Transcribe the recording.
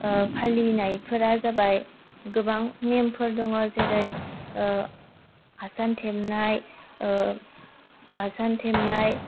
फालिनायफोरा जाबाय गोबां नेमफोर दङ जेरै आसान थेबनाय आसान थेबनाय